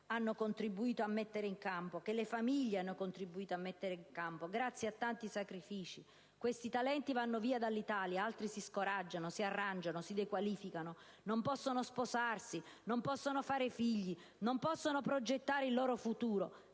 hanno contribuito a mettere in campo, che le famiglie hanno contribuito a mettere in campo, grazie a tanti sacrifici. Questi talenti vanno via dall'Italia; altri si scoraggiano, si arrangiano, si dequalificano, non possono sposarsi, non possono fare figli, non possono progettare il loro futuro.